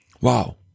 Wow